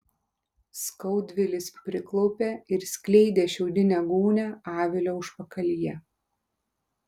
skaudvilis priklaupė ir skleidė šiaudinę gūnią avilio užpakalyje